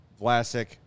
Vlasic